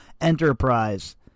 enterprise